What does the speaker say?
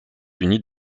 unis